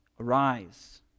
Arise